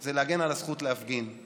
זה להגן על הזכות להפגין.